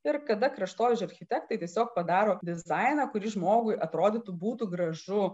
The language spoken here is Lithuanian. ir kada kraštovaizdžio architektai tiesiog padaro dizainą kuris žmogui atrodytų būtų gražu